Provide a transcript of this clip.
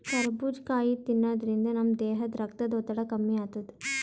ಕರಬೂಜ್ ಕಾಯಿ ತಿನ್ನಾದ್ರಿನ್ದ ನಮ್ ದೇಹದ್ದ್ ರಕ್ತದ್ ಒತ್ತಡ ಕಮ್ಮಿ ಆತದ್